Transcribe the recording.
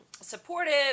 supportive